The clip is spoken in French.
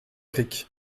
cricq